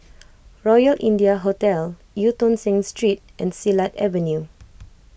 Royal India Hotel Eu Tong Sen Street and Silat Avenue